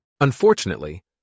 Unfortunately